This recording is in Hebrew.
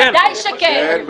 בוודאי שכן.